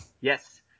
Yes